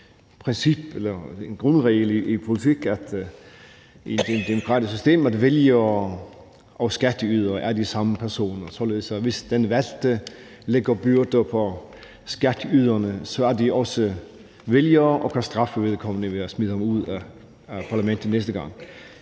eller grundregel i politik i et demokratisk system, at vælgere og skatteydere er de samme personer, således at hvis de valgte lægger byrder på skatteyderne, så er de også vælgere og kan straffe vedkommende ved at smide ham ud af parlamentet næste gang.